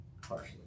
Partially